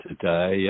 today